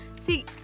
see